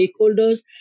stakeholders